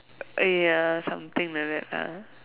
eh ya something like that lah